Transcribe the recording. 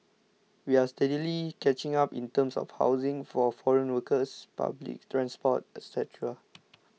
we are steadily catching up in terms of housing for foreign workers public transport etc